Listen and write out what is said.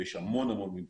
ויש המון המון ממצאים,